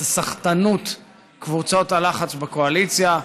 את סחטנות קבוצות הלחץ בקואליציה.